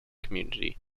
community